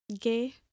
Gay